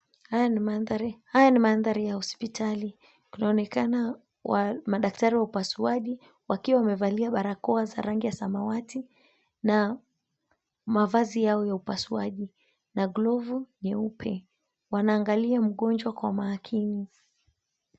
Haya ni mandhari ya hospitali. Kunaonekana madaktari wa upasuaji, wakiwa wamevalia barakoa za rangi ya samawati na mavazi yao ya upasuaji, na glovu nyeupe. Wanaangalia mgonjwa kwa makini.